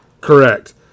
Correct